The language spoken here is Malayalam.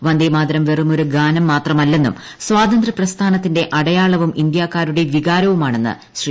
വന്ദേമാതരം വെറും ഒരു ഗാനം മാത്രമല്ലെന്നും സ്വാതന്ത്യപ്രസ്ഥാനത്തിന്റെ അടയാളവും ഇന്ത്യാക്കാരുടെ വികാരവുമാണെന്ന് ശ്രീ